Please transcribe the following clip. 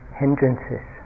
hindrances